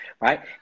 right